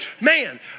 man